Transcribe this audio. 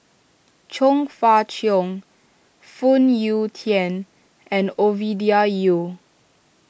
Chong Fah Cheong Phoon Yew Tien and Ovidia Yu